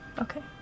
Okay